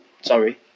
Sorry